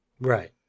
Right